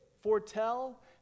foretell